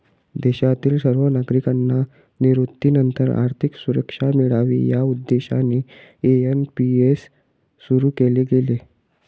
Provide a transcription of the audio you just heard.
देशातील सर्व नागरिकांना निवृत्तीनंतर आर्थिक सुरक्षा मिळावी या उद्देशाने एन.पी.एस सुरु केले गेले